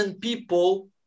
people